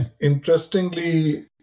interestingly